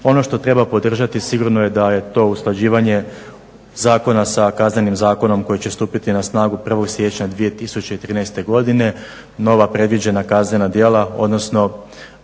Ono što treba podržati sigurno je da je to usklađivanje zakona sa Kaznenim zakonom koji će stupiti na snagu 1. siječnja 2013. godine. Nova predviđena kaznena djela, odnosno